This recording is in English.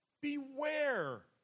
Beware